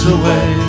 away